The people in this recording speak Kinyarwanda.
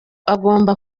agomba